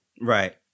right